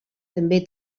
també